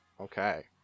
Okay